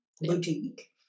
boutique